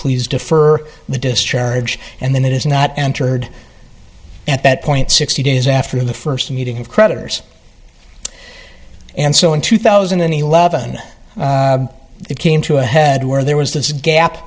please defer the discharge and then it is not entered at that point sixty days after the first meeting of creditors and so in two thousand and eleven it came to a head where there was this gap